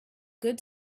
good